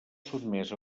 sotmès